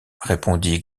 répondit